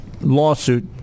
lawsuit